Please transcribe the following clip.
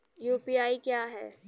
UPI क्या है?